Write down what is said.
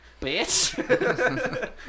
bitch